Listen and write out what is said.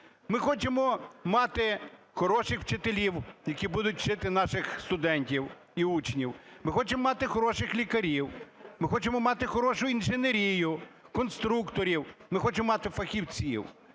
Ми хочемо мати хороших вчителів, які будуть вчити наших студентів і учнів, ми хочемо мати хороших лікарів, ми хочемо мати хорошу інженерію, конструкторів – ми хочемо мати фахівців.